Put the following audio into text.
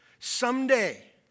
Someday